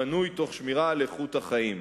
הבנוי תוך שמירה על איכות החיים.